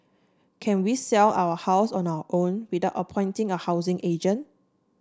can we sell our house on our own without appointing a housing agent